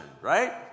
right